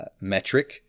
metric